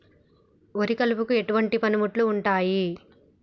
వరి కలుపుకు ఎటువంటి పనిముట్లు ఉంటాయి?